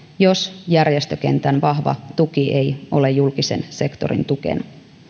jos järjestökentän vahva tuki ei ole julkisen sektorin tukena